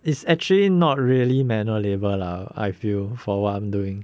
it's actually not really manual labour lah I feel for what I'm doing